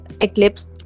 eclipse